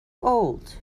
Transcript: old